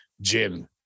gym